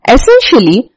Essentially